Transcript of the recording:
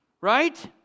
Right